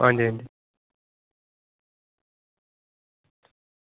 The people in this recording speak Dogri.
आं जी आं जी